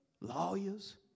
lawyers